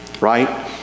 right